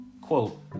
Quote